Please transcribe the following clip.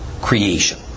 creation